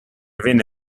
venne